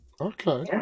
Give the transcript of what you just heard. okay